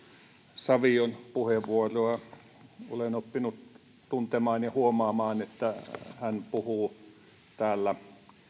savion puheenvuoroa olen oppinut tuntemaan ja huomaamaan että hän puhuu täällä